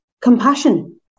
Compassion